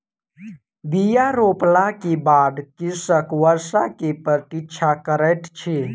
बीया रोपला के बाद कृषक वर्षा के प्रतीक्षा करैत अछि